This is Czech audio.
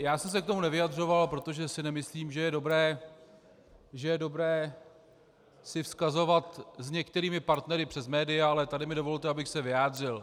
Já jsem se k tomu nevyjadřoval, protože si nemyslím, že je dobré si vzkazovat s některými partnery přes média, ale tady mi dovolte, aby se vyjádřil.